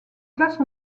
classe